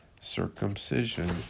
circumcision